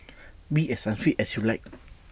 be as unfit as you like